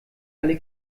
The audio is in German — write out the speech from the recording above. alle